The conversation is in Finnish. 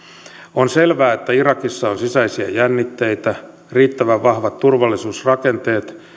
on selvää että irakissa on sisäisiä jännitteitä riittävän vahvat turvallisuusrakenteet